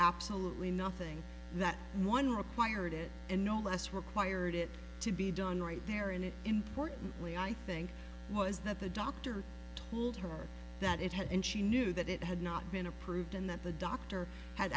absolutely nothing that one required it and no less required it to be done right there in an important way i think was that the doctor told her that it had and she knew that it had not been approved and that the doctor had